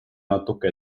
natuke